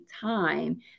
time